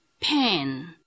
pen